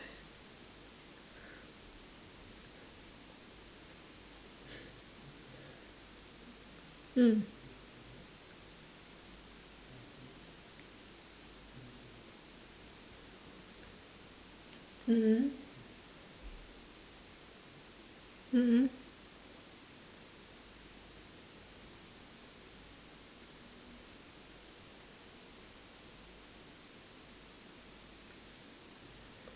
mm mm mm mm mm